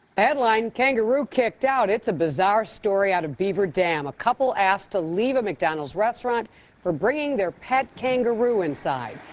headline, kangaroo kicked out. it's a bizarre story out of beaver dam, a couple asked to leave a mcdonald's restaurant for bringing their pet kangaroo inside.